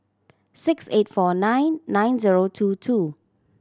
six eight four nine nine zero two two